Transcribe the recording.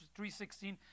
3.16